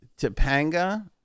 Topanga